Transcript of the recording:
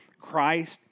Christ